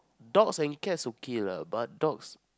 dogs and cats okay lah but dogs